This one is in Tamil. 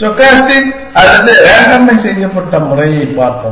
ஸ்டோகாஸ்டிக் அல்லது ரேண்டமைஸ் செய்யப்பட்ட முறையைப் பார்ப்போம்